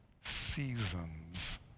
seasons